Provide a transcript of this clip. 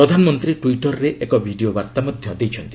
ପ୍ରଧାନମନ୍ତ୍ରୀ ଟ୍ୱିଟର୍ରେ ଏକ ଭିଡ଼ିଓ ବାର୍ତ୍ତା ମଧ୍ୟ ଦେଇଛନ୍ତି